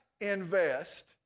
invest